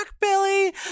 Billy